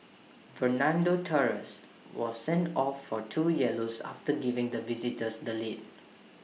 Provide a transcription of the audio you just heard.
Fernando Torres was sent off for two yellows after giving the visitors the lead